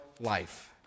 life